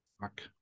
Fuck